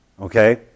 Okay